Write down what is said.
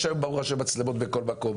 יש היום מצלמות ברוך ה' בכל מקום,